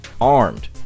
armed